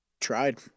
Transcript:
Tried